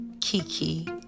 Kiki